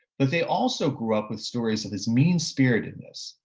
but they also grew up with stories of his mean spiritedness,